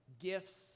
gifts